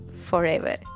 forever